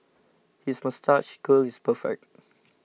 his moustache curl is perfect